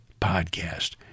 podcast